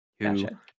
Gotcha